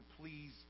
please